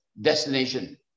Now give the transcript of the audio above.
destination